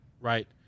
right